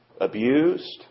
abused